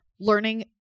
learning